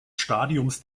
stadiums